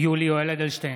יולי יואל אדלשטיין,